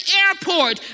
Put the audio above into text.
airport